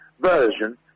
Version